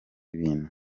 bintu